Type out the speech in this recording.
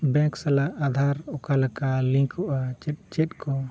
bank ᱥᱟᱞᱟᱜ ᱟᱫᱷᱟᱨ ᱚᱠᱟᱞᱮᱠᱟ ᱞᱤᱝᱠᱚᱜᱼᱟ ᱪᱮᱫ ᱪᱮᱫ ᱠᱚ